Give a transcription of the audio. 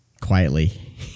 quietly